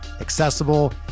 accessible